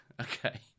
okay